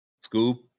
Scoop